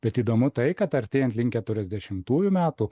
bet įdomu tai kad artėjant link keturiasdešimtųjų metų